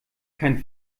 kein